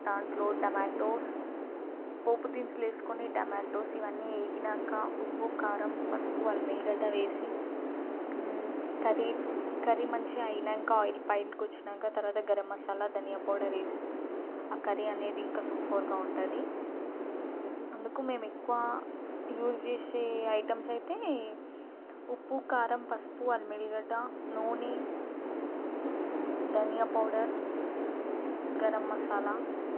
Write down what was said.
దాంట్లో టమాటోస్ పోపు దినుసులు వేసుకొని టమాటోస్ ఇవన్నీ ఎగాక ఉప్పు కారం పసుపు అల్లం వెల్లిగడ్డ వేసి కర్రీ కర్రీ మంచిగా అయ్యాక ఆయిల్ పైకి వచ్చాక తరువాత గరం మసాలా ధనియా పౌడర్ వేసి ఆ కర్రీ అనేది ఇంకా సూపర్గా ఉంటుంది అందుకు మేము ఎక్కువ యూజ్ చేసే ఐటమ్స్ అయితే ఉప్పు కారం పసుపు అల్లం వెల్లిగడ్డ నూనే ధనియా పౌడర్ గరం మసాలా